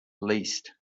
least